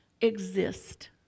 exist